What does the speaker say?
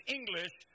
English